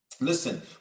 Listen